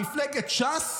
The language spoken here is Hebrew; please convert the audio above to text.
מפלגת ש"ס,